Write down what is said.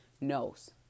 knows